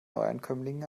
neuankömmlingen